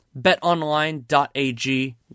BetOnline.ag